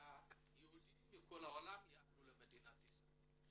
היהודים מכל העולם לעלות למדינת ישראל.